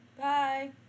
Bye